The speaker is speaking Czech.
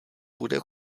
bude